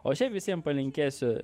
o šiaip visiem palinkėsiu